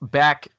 back